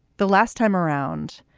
the last time around,